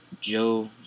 Joe